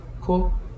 cool